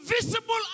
invisible